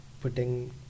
putting